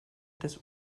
des